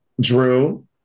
Drew